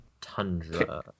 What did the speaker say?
Tundra